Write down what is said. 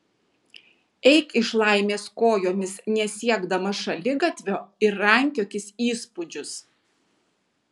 eik iš laimės kojomis nesiekdamas šaligatvio ir rankiokis įspūdžius